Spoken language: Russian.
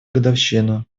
годовщину